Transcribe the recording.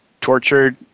tortured